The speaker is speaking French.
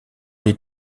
les